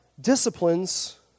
disciplines